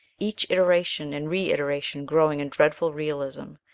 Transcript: each iteration and reiteration growing in dreadful realism,